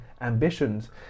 ambitions